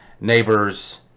neighbor's